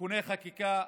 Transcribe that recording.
(תיקוני חקיקה),